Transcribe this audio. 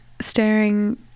staring